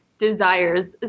desires